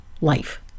life